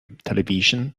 television